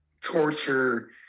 torture